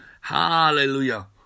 Hallelujah